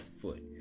foot